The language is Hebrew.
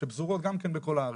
שפזורות גם כן בכל הארץ.